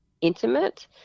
intimate